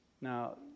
Now